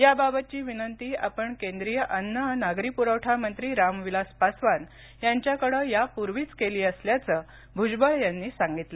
या बाबतची विनंती आपण केंद्रीय अन्न नागरी पुरवठा मंत्री रामविलास पासवान यांच्याकडे यापूर्वीच केली असल्याचं भुजबळ यांनी सांगितलं